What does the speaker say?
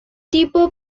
tipo